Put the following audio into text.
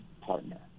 partner